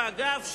ואגב,